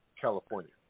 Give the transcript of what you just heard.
California